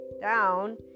down